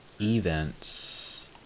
events